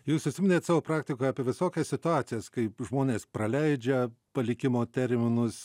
jūs užsiminėt savo praktikoje apie visokias situacijas kaip žmonės praleidžia palikimo terminus